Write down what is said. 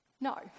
No